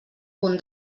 punt